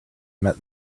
met